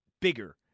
bigger